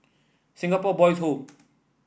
Singapore Boys' Home